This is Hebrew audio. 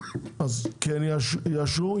כן יאשרו,